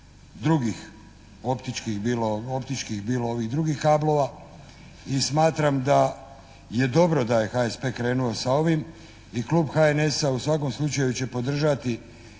bilo optičkih bilo ovih drugih kablova i smatram da je dobro da je HSP krenuo sa ovim i klub HNS-a u svakom slučaju će podržati